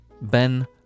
ben